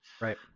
Right